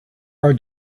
are